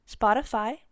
Spotify